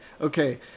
Okay